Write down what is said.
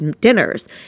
dinners